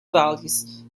values